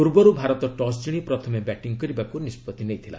ପୂର୍ବରୁ ଭାରତ ଟସ୍ ଜିଶି ପ୍ରଥମେ ବ୍ୟାଟିଂ କରିବାକୁ ନିଷ୍କଭି ନେଇଥିଲା